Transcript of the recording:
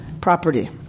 Property